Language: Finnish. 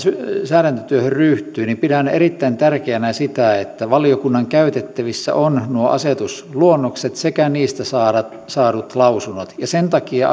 säädäntötyöhön ryhtyy niin pidän erittäin tärkeänä sitä että valiokunnan käytettävissä ovat nuo asetusluonnokset sekä niistä saadut lausunnot sen takia